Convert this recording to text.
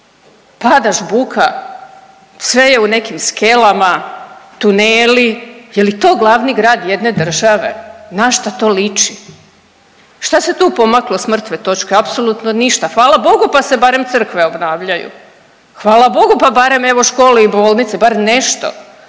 pada žbuka, sve je u nekim skelama, tuneli. Je li to glavni grad jedne države? Na šta to liči? Šta se tu pomaklo s mrtve točke? Apsolutno ništa. Fala Bogu pa se barem crkve obnavljaju, hvala Bogu pa barem evo škole i bolnice, bar nešto,